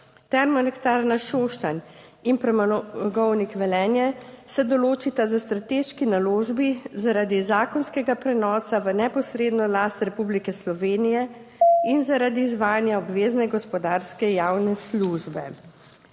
Termoelektrarna Šoštanj in Premogovnik Velenje se določita za strateški naložbi zaradi zakonskega prenosa v neposredno last Republike Slovenije in zaradi izvajanja obvezne gospodarske javne službe.